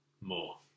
more